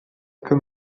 can